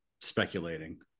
speculating